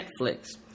Netflix